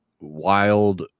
wild